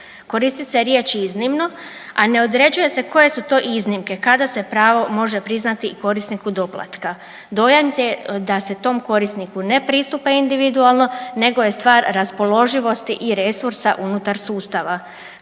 Koristi se riječ iznimno, a ne određuje se koje su to iznimke kada se pravo može priznati i korisniku doplatka. Dojam je da se tom korisniku ne pristupa individualno nego je stvar neraspoloživosti i resursa unutar sustava.